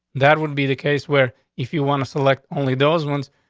that would be the case where if you want to select only those ones,